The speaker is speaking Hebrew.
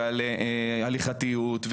ועל הליכתיות,